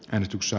joensuussa